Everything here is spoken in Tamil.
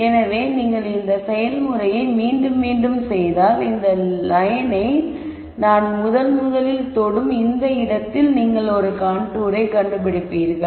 எனவே நீங்கள் இந்த செயல்முறையை மீண்டும் மீண்டும் செய்தால் இந்த லயனை நான் முதன்முதலில் தொடும் இடத்தில் நீங்கள் ஒரு கான்டூர் கண்டு பிடிப்பீர்கள்